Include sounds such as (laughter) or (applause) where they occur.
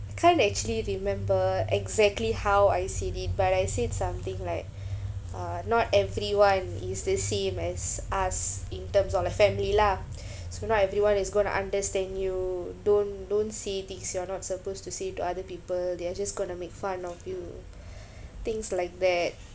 can't actually remember exactly how I said it but I said something like (breath) uh not everyone is the same as us in terms of like family lah (breath) so not everyone is going to understand you don't don't say things you're not supposed to say to other people they are just going to make fun of you (breath) things like that